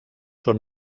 són